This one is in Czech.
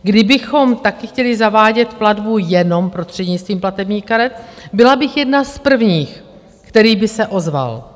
Kdybychom chtěli zavádět platbu jenom prostřednictvím platebních karet, byla bych jedna z prvních, který by se ozval.